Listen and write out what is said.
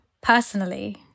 personally